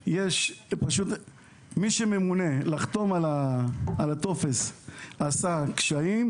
מי שממונה לחתום על הטופס עשה קשיים.